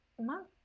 month